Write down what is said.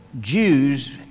Jews